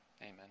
Amen